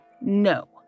No